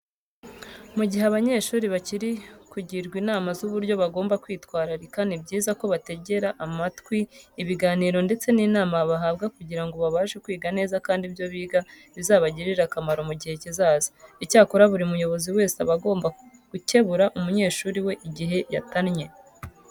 Mu gihe abanyeshuri bari kugirwa inama z'uburyo bagomba kwitwararika, ni byiza ko bategera amatwi ibiganiro ndetse n'inama bahabwa kugira ngo babashe kwiga neza kandi ibyo biga bizabagirire akamaro mu gihe kizaza. Icyakora buri muyobozi wese aba agomba gukebura umunyeshuri we igihe yatannye.